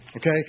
Okay